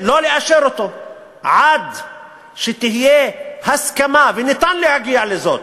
שלא לאשר אותו עד שתהיה הסכמה, ואפשר להגיע לזה,